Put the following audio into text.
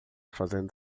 fazendo